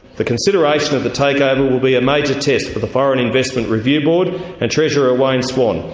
the consideration of the takeover will be a major test for the foreign investment review board and treasurer wayne swan.